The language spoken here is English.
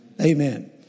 Amen